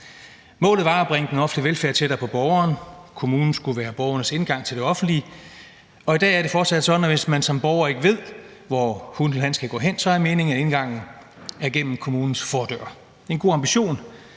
Målet var at bringe den offentlige velfærd tættere på borgeren, kommunen skulle være borgernes indgang til det offentlige, og i dag er det fortsat sådan, at hvis man som borger ikke ved, hvor hun eller han skal gå hen, er meningen, at indgangen er gennem kommunens fordør. Det er en god ambition,